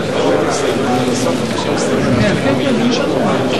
אתם יורדים מהן?